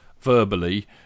verbally